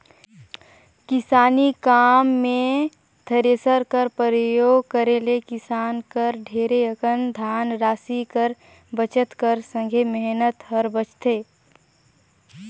किसानी काम मे थेरेसर कर परियोग करे ले किसान कर ढेरे अकन धन रासि कर बचत कर संघे मेहनत हर बाचथे